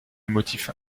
motif